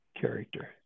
character